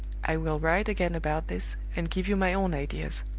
i will write again about this, and give you my own ideas.